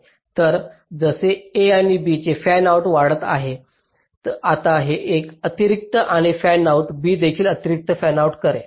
पण जसे a आणि b चे फॅनआउट्स वाढत आहेत आता हे एक अतिरिक्त आणि फॅनआऊट b देखील अतिरिक्त फॅनआउट करेल